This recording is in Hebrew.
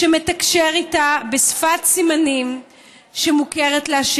שמתקשר איתה בשפת סימנים שמוכרת לה,